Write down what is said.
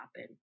happen